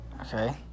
Okay